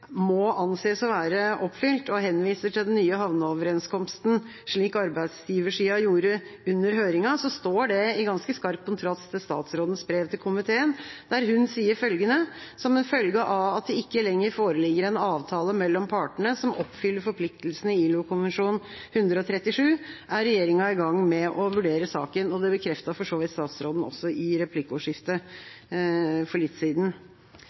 må anses å være oppfylt, og henviser til den nye havneoverenskomsten, slik arbeidsgiversida gjorde under høringen, står det i ganske skarp kontrast til statsrådens brev til komiteen, der hun sier følgende: «Som en følge av at det ikke lenger foreligger en avtale mellom partene som oppfyller forpliktelsene i ILO-konvensjon 137, er regjeringen i gang med å vurdere saken.» Det bekreftet for så vidt statsråden også i replikkordskiftet for litt siden.